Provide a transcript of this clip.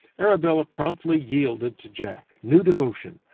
arabella promptly yielded to jack. new devotion.